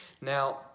Now